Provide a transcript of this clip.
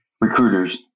recruiters